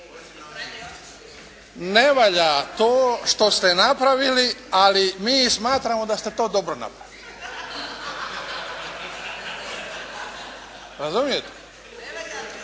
Ne valja to što ste napravili, ali mi smatramo da ste to dobro napravili. Razumijete?